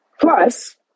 Plus